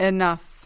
Enough